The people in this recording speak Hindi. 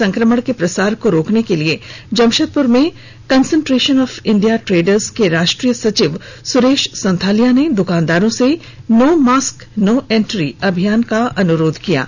संक्रमण के प्रसार को रोकने को लेकर जमशेदपुर में कंसंट्रेशन ऑफ इंडिया ट्रेडर्स के राष्ट्रीय सचिव सुरेश संथालिया ने द्कानदारों से नो मास्क ना इंट्री अभियान का अनुरोध किया है